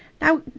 now